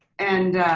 and